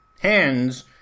hands